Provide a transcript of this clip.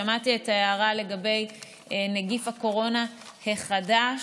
שמעתי את ההערה לגבי נגיף הקורונה החדש,